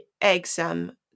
exam